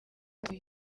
bavuye